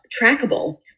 trackable